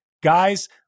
Guys